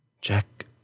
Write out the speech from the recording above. check